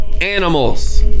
animals